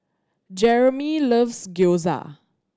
Jeromy loves Gyoza